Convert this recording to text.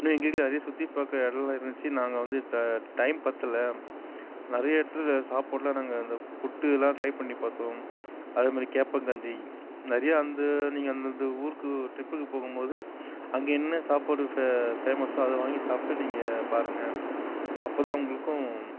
இன்னும் எங்களுக்கே நிறைய சுற்றி பார்க்க இடலாம் இருந்துச்சு நாங்கள் வந்து டைம் பற்றல நிறைய இடத்துல சாப்பிட்ல நாங்கள் இந்த புட்டு இதெலாம் டிரை பண்ணி பார்த்தோம் அதே மாதிரி கேப்பங்கஞ்சி நிறைய அந்த நீங்கள் அந்த அந்த ஊருக்கு டிரிப்புக்கு போகும் போது அங்கே என்ன சாப்பாடு ஃபே ஃபேமஸோ அதை வாங்கி சாப்பிட்டு நீங்கள் பாருங்க அப்போ தான் உங்களுக்கும்